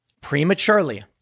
prematurely